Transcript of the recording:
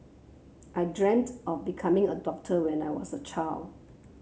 I dreamt of becoming a doctor when I was child